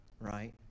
Right